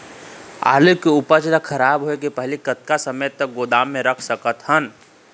आलू के उपज ला खराब होय के पहली कतका समय तक गोदाम म रख सकत हन?